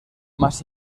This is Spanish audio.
más